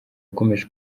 akomeje